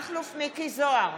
מכלוף מיקי זוהר,